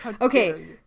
Okay